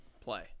play